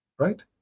right